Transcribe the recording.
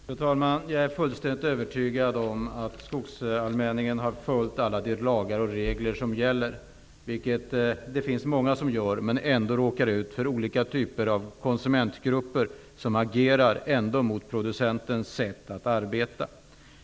Fru talman! Jag är fullständigt övertygad om att skogsallmänningen har följt alla de lagar och regler som gäller. Det finns många som gör det men som ändå råkar ut för olika typer av konsumentgrupper som agerar mot producentens sätt att arbeta.